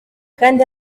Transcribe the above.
kandi